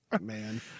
Man